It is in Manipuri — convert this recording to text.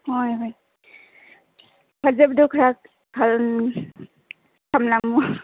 ꯍꯣꯏ ꯍꯣꯏ ꯐꯖꯕꯗꯨ ꯈꯔ ꯊꯝꯂꯝꯃꯨ